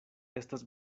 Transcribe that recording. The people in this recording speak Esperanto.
estas